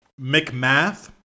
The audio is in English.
McMath